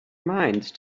mind